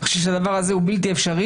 אני חושב שהדבר הזה הוא בלתי אפשרי.